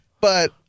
But-